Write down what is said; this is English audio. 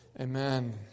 Amen